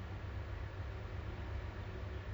ah end of this year december